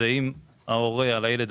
זה אם ההורה בחר בנק,